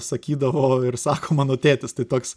sakydavo ir sako mano tėtis tai toks